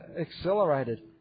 accelerated